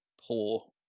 poor